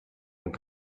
und